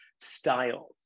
style